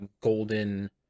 golden